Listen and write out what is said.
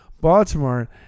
Baltimore